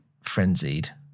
frenzied